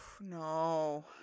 No